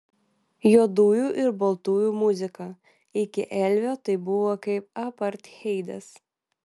juodųjų ir baltųjų muzika iki elvio tai buvo kaip apartheidas